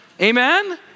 Amen